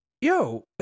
Yo